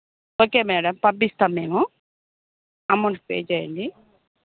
okay madam పంపిస్తాం మేము amount pay చేయండి